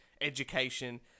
education